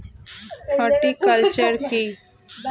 Horticulture কি?